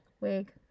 Wig